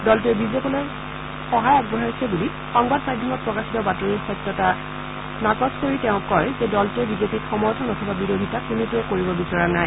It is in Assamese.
দলটোৱে বিজেপিলৈ সহায় আগবঢ়াইছে বুলি সংবাদ মাধ্যমত প্ৰকাশিত বাতৰিৰ সত্যতা নস্যাত কৰি তেওঁ কয় যে দলটোৱে বিজেপিক সমৰ্থন অথবা বিৰোধিতা কোনোটো কৰিব বিচৰা নাই